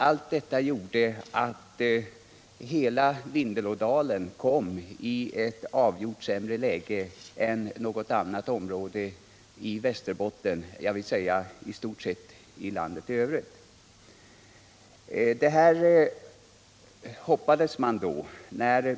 Allt detta gjorde att hela Vindelådalen kom i ett avgjort sämre läge än något annat område i Västerbotten — ja, i stort sett också i jämförelse med landet i övrigt.